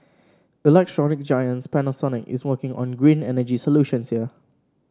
electronics giant Panasonic is working on green energy solutions here